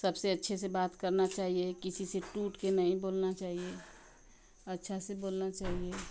सबसे अच्छे से बात करना चाहिए किसी से टूट के नहीं बोलना चाहिए अच्छा से बोलना चाहिए